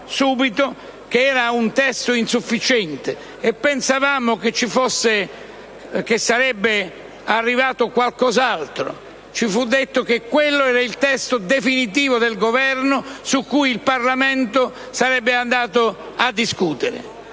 era un testo insufficiente, e pensavamo che sarebbe arrivato qualcos'altro. Ci fu risposto che quello era il testo definitivo del Governo, su cui il Parlamento sarebbe stato chiamato a discutere.